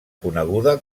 coneguda